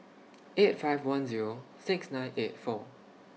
eight five one Zero six nine eight four